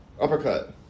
uppercut